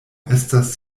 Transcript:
estas